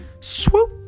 Swoop